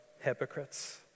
hypocrites